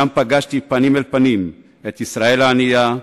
שם פגשתי פנים אל פנים את ישראל הענייה,